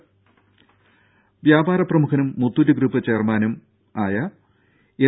രും വ്യാപാര പ്രമുഖനും മുത്തൂറ്റ് ഗ്രൂപ്പ് ചെയർമാൻ എം